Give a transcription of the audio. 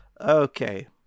Okay